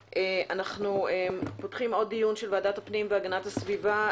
אנחנו פותחים עוד דיון של ועדת הפנים והגנת הסביבה.